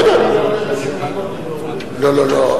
עשר דקות לא לא לא,